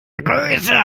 größe